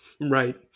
Right